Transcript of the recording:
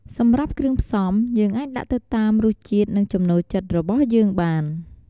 សម្រាប់គ្រឿងផ្សំ យើងអាចដាក់ទៅតាមរសជាតិនិងចំណូលចិត្តរបស់យើងបាន។